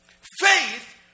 Faith